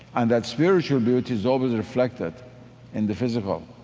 and that spiritual beauty is always reflected in the physical.